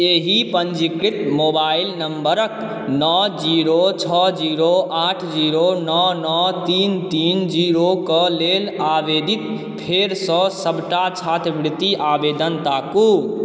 एहि पञ्जीकृत मोबाइल नम्बरके नओ जीरो छओ जीरो आठ जीरो नओ नओ तीन तीन जीरोके लेल आवेदित फेरसँ सबटा छात्रवृति आवेदन ताकू